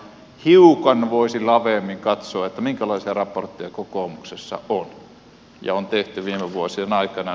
hiukan voisi laveammin katsoa minkälaisia raportteja kokoomuksella on ja on tehty viime vuosien aikana